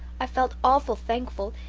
i felt awful thankful,